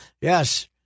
Yes